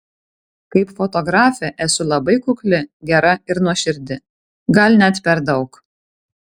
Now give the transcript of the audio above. kaip fotografė esu labai kukli gera ir nuoširdi gal net per daug